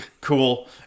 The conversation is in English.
cool